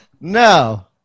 No